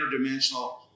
interdimensional